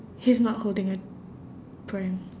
he's not holding a pram